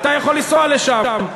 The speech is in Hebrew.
אתה יכול לנסוע לשם.